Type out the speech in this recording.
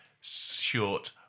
short